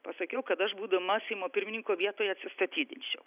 pasakiau kad aš būdama seimo pirmininko vietoje atsistatydinčiau